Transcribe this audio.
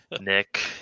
Nick